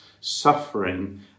suffering